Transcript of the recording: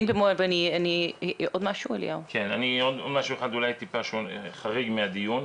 משהו אחד, טיפה שונה, חריג מהדיון.